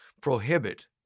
prohibit